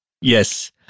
Yes